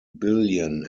billion